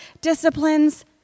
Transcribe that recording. disciplines